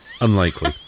unlikely